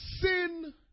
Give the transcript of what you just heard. sin